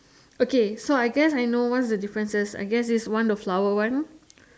okay so I guess I know what's the differences I guess is one is the flower one